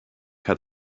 hat